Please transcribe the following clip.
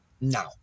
Now